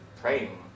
praying